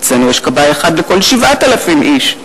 אצלנו יש כבאי אחד לכל 7,000 איש.